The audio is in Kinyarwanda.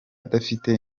adafite